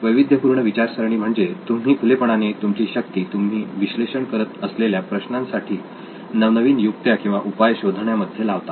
वैविध्यपूर्ण विचारासणी म्हणजे तुम्ही खुलेपणाने तुमची शक्ती तुम्ही विश्लेषण करत असलेल्या प्रश्नांसाठी नवनवीन युक्त्या किंवा उपाय शोधण्यामध्ये लावता